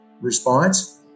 response